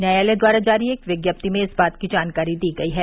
न्यायालय द्वारा जारी एक विज्ञप्ति में इस बात की जानकारी दी गई है